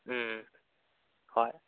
ꯎꯝ ꯍꯣꯏ